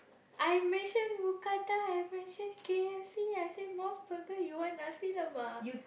I mention mookata I mention K_F_C I say Mos-Burger you want nasi-lemak